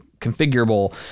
configurable